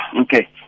Okay